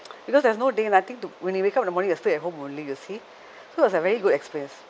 because there was no day nothing to when you wake up in the morning you're still at home only you see so it was a very good experience